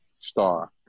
star